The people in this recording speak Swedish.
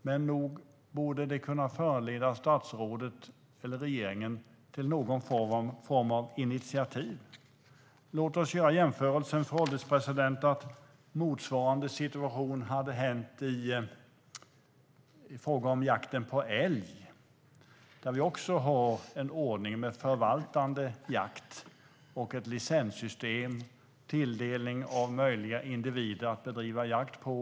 Men nog borde det kunna föranleda att statsrådet eller regeringen tar någon form av initiativ? Låt oss göra jämförelsen att motsvarande situation hade uppstått i frågan om jakten på älg. Där har vi också en ordning med förvaltande jakt och ett licenssystem med tilldelning av möjliga individer att bedriva jakt på.